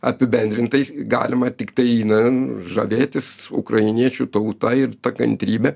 apibendrintai galima tiktai na žavėtis ukrainiečių tauta ir ta kantrybe